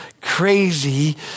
crazy